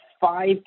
five